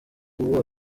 ubu